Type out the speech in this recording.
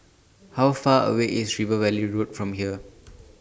How Far away IS River Valley Road from here